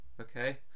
okay